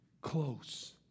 close